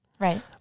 Right